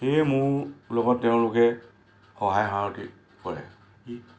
সেয়ে মোৰ লগত তেওঁলোকে সহায় সাৰথি কৰে